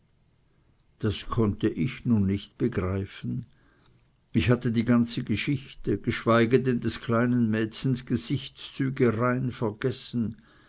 das konnte ich nun nicht begreifen ich hatte die ganze geschichte geschweige denn des kleinen mädchens gesichtszüge rein vergessen